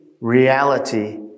reality